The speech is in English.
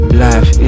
life